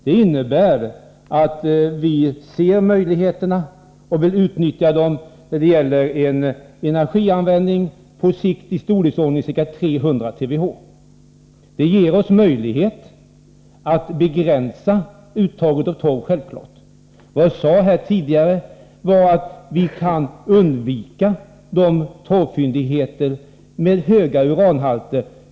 Det innebär att vi ser möjligheterna och vill utnyttja dem när det gäller en energianvändning på sikt av i storleksordningen ca 300 TWh. Det ger oss självfallet möjlighet att begränsa uttaget av torv. Vad jag sade tidigare var att vi kan undvika att bryta torvfyndigheter med höga uranhalter.